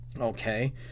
okay